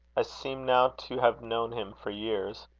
i seem now to have known him for years.